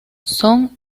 son